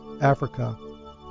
Africa